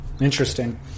interesting